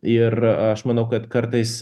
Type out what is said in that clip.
ir aš manau kad kartais